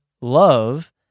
love